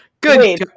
Good